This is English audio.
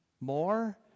More